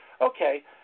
Okay